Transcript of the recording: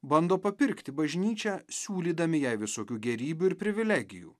bando papirkti bažnyčią siūlydami jai visokių gėrybių ir privilegijų